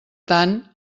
tant